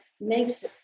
makes